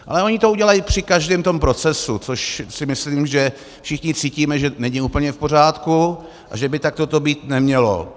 Ale oni to udělají při každém tom procesu, což si myslím, že všichni cítíme, že není úplně v pořádku a že by takhle to být nemělo.